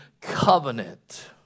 covenant